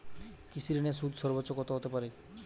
কৃষিঋণের সুদ সর্বোচ্চ কত হতে পারে?